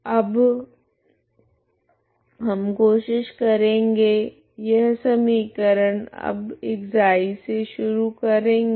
तो अब हम कोशिश करेगे यह समीकरण अब ξ से शुरू करेगे